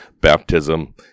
baptism